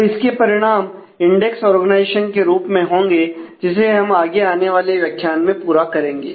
तो इसके परिणाम इंडेक्स ऑर्गेनाइजेशन के रूप में होंगे जिसे हम आगे आने वाले व्याख्यान में पूरा करेंगे